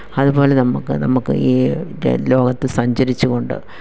അതുപോലെ നമുക്ക് നമുക്ക് ഈ ലോകത്ത് സഞ്ചരിച്ചു കൊണ്ട്